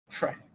right